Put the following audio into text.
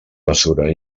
mesura